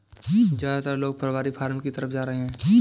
ज्यादातर लोग पारिवारिक फॉर्म की तरफ जा रहै है